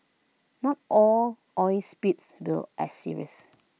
not all oil spills were as serious